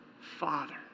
father